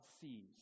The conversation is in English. sees